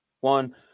one